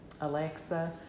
Alexa